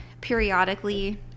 periodically